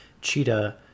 Cheetah